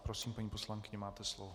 Prosím, paní poslankyně, máte slovo.